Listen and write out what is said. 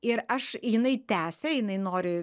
ir aš jinai tęsia jinai nori